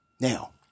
Now